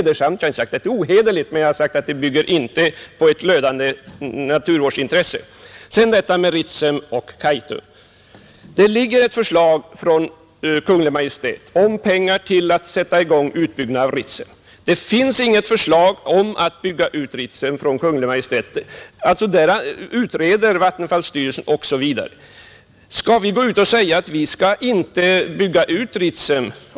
Beträffande frågan om Ritsem och Kaitum föreligger det vidare ett förslag från Kungl. Maj:t om pengar för att sätta i gång utbyggnad av Ritsem, men det finns inget förslag från Kungl. Maj:t om att bygga ut Kaitum. Det är ett spörsmål som utreds av bl.a. vattenfallsstyrelsen. Skall vi då gå ut och säga att vi inte skall bygga ut Kaitum?